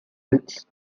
wilkes